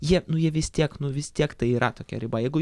jie nu jie vis tiek nu vis tiek tai yra tokia riba jeigu